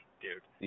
dude